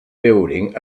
building